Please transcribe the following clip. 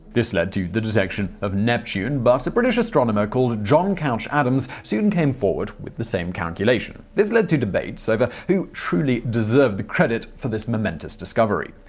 this led to the detection of neptune, but a british astronomer called john couch adams soon came forward with the same calculation. this led to debates over who truly deserved the credit for his momentous discovery.